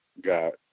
got